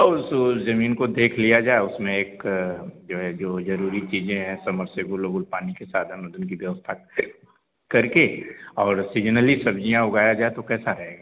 और सो ज़मीन को देख लिया जाए उसमें एक जो है जो ज़रूरी चीज़ें हैं समरसेबुल ओबुल पानी के साथ साधन ऊधन की व्यवस्था करके और सिजनली सब्ज़ियाँ उगाया जाए तो कैसा रहेगा